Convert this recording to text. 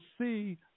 see